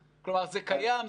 כלומר, זה קיים.